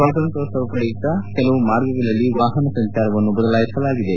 ಸ್ವಾತಂತ್ರೋತ್ಸವದ ಪ್ರಯುಕ್ತ ಕೆಲುವು ಮಾರ್ಗಗಳಲ್ಲಿ ವಾಹನ ಸಂಚಾರವನ್ನು ಬದಲಾಯಿಸಲಾಗಿದೆ